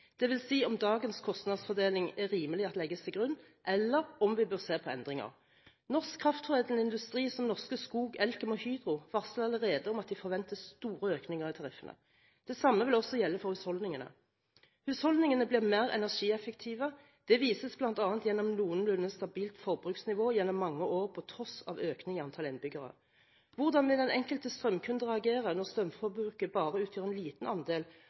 dvs. om det er rimelig at dagens kostnadsfordeling legges til grunn, eller om vi bør se på endringer. Norsk kraftforedlende industri, som Norske Skog, Elkem og Hydro, varsler allerede at de forventer store økninger i tariffene. Det samme vil gjelde for husholdningene. Husholdningene blir mer energieffektive. Det vises bl.a. gjennom et noenlunde stabilt forbruksnivå gjennom mange år på tross av økning i antall innbyggere. Hvordan vil den enkelte strømkunde reagere når strømforbruket bare utgjør en liten andel